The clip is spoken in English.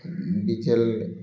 diesel